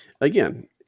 again